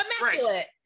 immaculate